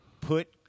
put